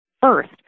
first